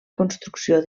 construcció